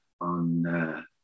on